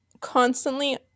constantly